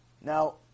Now